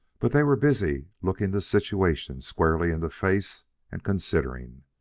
but they were busy looking the situation squarely in the face and considering.